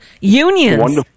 Unions